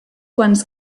quants